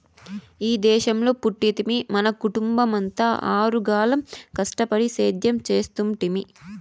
ఈ దేశంలో పుట్టితిమి మన కుటుంబమంతా ఆరుగాలం కష్టపడి సేద్యం చేస్తుంటిమి